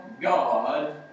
God